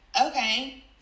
okay